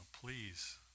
please